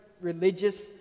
religious